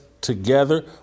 together